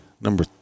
Number